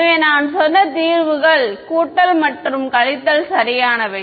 எனவே நான் சொன்ன தீர்வுகள் கூட்டல் மற்றும் கழித்தல் சரியானவை